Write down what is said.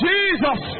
Jesus